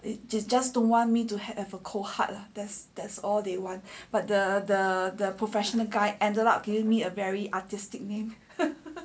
it just just don't want me to have a cold heart lah there's that's all they want but the the the profession a guy ended up gave me a very artistic name